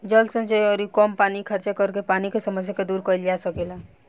जल संचय अउरी कम पानी खर्चा करके पानी के समस्या के दूर कईल जा सकेला